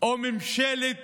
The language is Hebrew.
או ממשלת